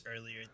earlier